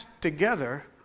together